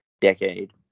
decade